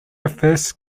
first